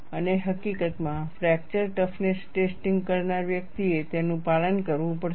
અને હકીકતમાં fracture toughness testing કરનાર વ્યક્તિએ તેનું પાલન કરવું પડશે